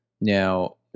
Now